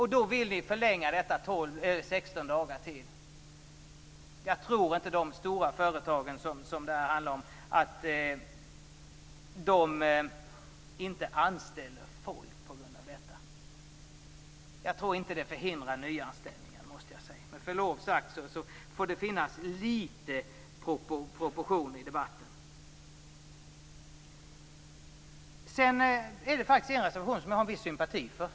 Ni vill förlänga perioden 16 dagar till. Jag tror inte att de stora företag som denna fråga berör inte anställer folk av denna anledning. Det förhindrar inte nyanställningar. Med förlov sagt får det finnas lite proportioner i debatten. Det finns en reservation som jag har viss sympati för.